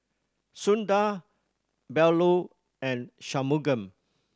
Sundar Bellur and Shunmugam